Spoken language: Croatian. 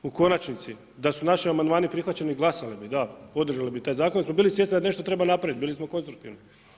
U konačnici, da su naši amandmani prihvaćeni glasali bi, da, održali bi taj zakon jer smo bili svjesni da nešto treba napraviti, bili smo konstruktivni.